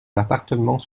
l’appartement